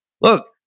Look